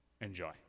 enjoy